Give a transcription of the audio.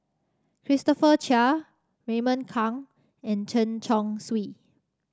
Christopher Chia Raymond Kang and Chen Chong Swee